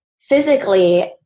physically